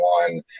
one